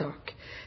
å